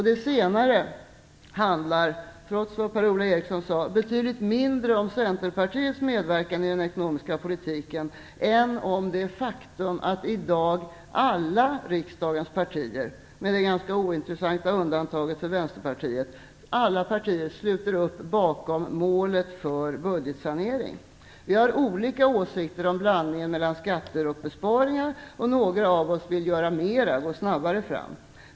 Det senare handlar, trots vad Per-Ola Eriksson sade, betydligt mindre om Centerpartiets medverkan i den ekonomiska politiken än om det faktum att alla riksdagens partier i dag, med det ganska ointressanta undantaget Vänsterpartiet, sluter upp bakom målet för budgetsanering. Vi har olika åsikter om blandningen mellan skatter och besparingar, och några av oss vill göra mer och gå snabbare fram.